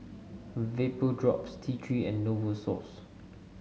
Vapodrops T Three and Novosource